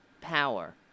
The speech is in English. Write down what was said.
power